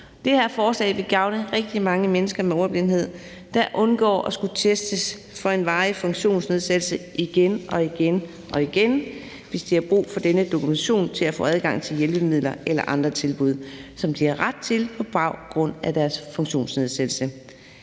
Det her forslag vil gavne rigtig mange mennesker med ordblindhed, der undgår at skulle testes for en varig funktionsnedsættelse igen og igen, hvis de har brug for denne dokumentation til at få adgang til hjælpemidler eller andre tilbud, som de har ret til på baggrund af deres funktionsnedsættelse.